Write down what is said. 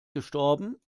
gestorben